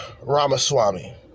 Ramaswamy